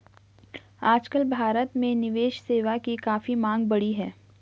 आजकल भारत में निवेश सेवा की काफी मांग बढ़ी है